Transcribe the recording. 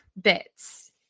bits